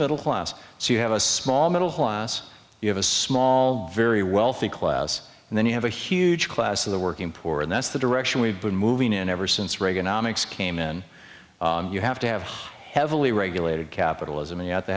middle class so you have a small middle class you have a small very wealthy class and then you have a huge class of the working poor and that's the direction we've been moving in ever since reaganomics came in you have to have heavily regulated capitalism and yet they